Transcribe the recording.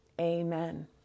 Amen